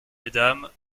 mesdames